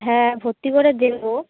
হ্যাঁ ভর্তি করে দেবো